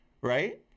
right